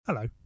Hello